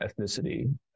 ethnicity